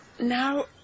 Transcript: Now